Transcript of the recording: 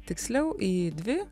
tiksliau į dvi